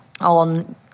on